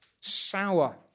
sour